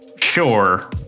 sure